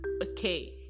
okay